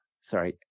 sorry